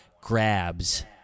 grabs